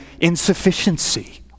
insufficiency